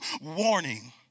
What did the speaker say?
warning